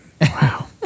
Wow